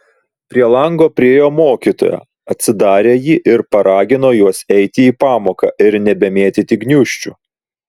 prie lango priėjo mokytoja atsidarė jį ir paragino juos eiti į pamoką ir nebemėtyti gniūžčių